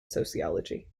sociology